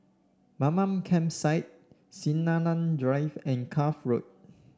Mamam Campsite Sinaran Drive and Cuff Road